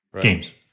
games